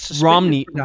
Romney